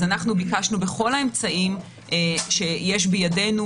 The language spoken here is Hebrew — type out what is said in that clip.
אז אנחנו ביקשנו בכל האמצעים שיש בידינו,